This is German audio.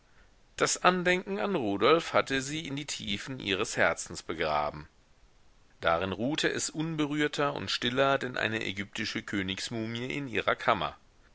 das andenken an rudolf hatte sie in die tiefen ihres herzens begraben darin ruhte es unberührter und stiller denn eine ägyptische königsmumie in ihrer kammer